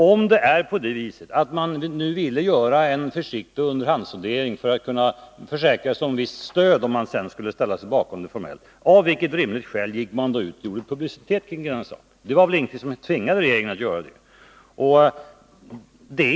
Om det nu är på det viset att man ville göra en försiktig underhandssondering för att kunna försäkra sig om visst stöd innan man ställer sig bakom förslaget, av vilket rimligt skäl gick man då ut och skapade publicitet kring denna sak? Det var välingenting som tvingade regeringen att göra detta.